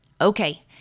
Okay